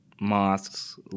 mosques